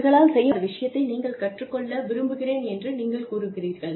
அவர்களால் செய்ய முடியாத விஷயத்தை நீங்கள் கற்றுக்கொள்ல விரும்புகிறேன் என்று நீங்கள் கூறுகிறீர்கள்